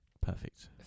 Perfect